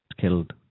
killed